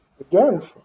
again